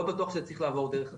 לא בטוח שזה צריך לעבור דרך הכנסת.